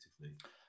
effectively